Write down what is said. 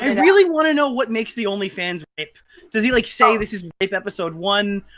um really want to know what makes the onlyfans r-pe. does he, like, say. this is r-pe episode one,